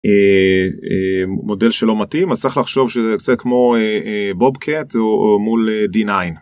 מודל שלא מתאים, יש לחשוב שזה קצת כמו בוב קאטו מול d9.